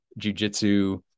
jujitsu